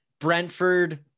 Brentford